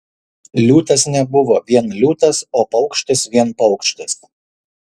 liūtas nebuvo vien liūtas o paukštis vien paukštis